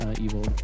evil